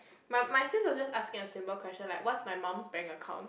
my my sis was just asking a simple question like what's my mum's bank account